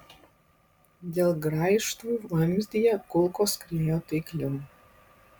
dėl graižtvų vamzdyje kulkos skriejo taikliau